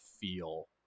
feel